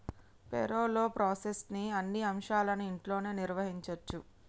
payroll ప్రాసెస్లోని అన్ని అంశాలను ఇంట్లోనే నిర్వహించచ్చు